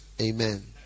amen